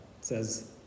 says